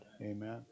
amen